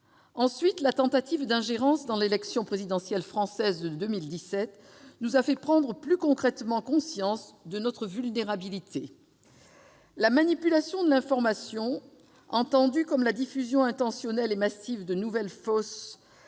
Ensuite, la tentative d'ingérence dans l'élection présidentielle française de 2017 nous a fait prendre conscience plus concrètement de notre vulnérabilité. La manipulation de l'information, entendue comme la diffusion intentionnelle et massive de nouvelles fausses